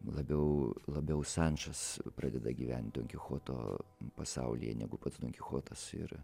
labiau labiau sančes pradeda gyvent donkichoto pasaulyje negu pats donkichotas ir